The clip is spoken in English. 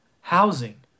housing